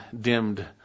dimmed